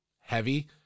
heavy